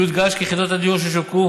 יודגש כי יחידות הדיור שווקו